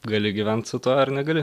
gali gyvent su tuo ar negali